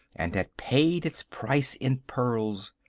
and had paid its price in pearls.